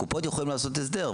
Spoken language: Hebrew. הקופות יכולות לעשות הסדר,